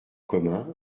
commun